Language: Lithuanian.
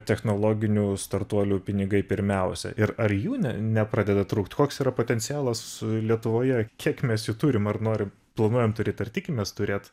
technologinių startuolių pinigai pirmiausia ir ar jų ne nepradeda trukt koks yra potencialas lietuvoje kiek mes jų turim ar nori planuojam turėt ar tikimės turėt